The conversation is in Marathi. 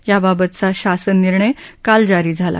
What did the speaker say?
याबाबतचा शासन निर्णय काल जारी झाला